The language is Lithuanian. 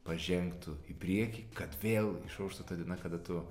pažengtų į priekį kad vėl išauštų ta diena kada tu